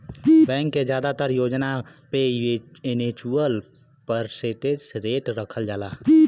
bank के जादातर योजना पे एनुअल परसेंटेज रेट रखल जाला